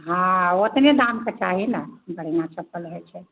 ओहँ तने दाम कऽ चाही ने बढ़िआँ चप्पल रहै छै